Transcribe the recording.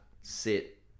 sit